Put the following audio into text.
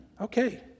okay